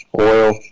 oil